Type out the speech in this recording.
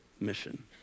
mission